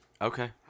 Okay